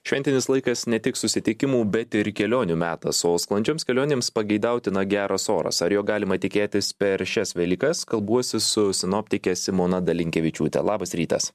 šventinis laikas ne tik susitikimų bet ir kelionių metas o sklandžioms kelionėms pageidautina geras oras ar jo galima tikėtis per šias velykas kalbuosi su sinoptike simona dalinkevičiūte labas rytas